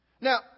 now